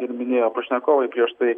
ir minėjo pašnekovai prieš tai